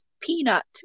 peanut